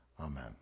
amen